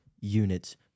units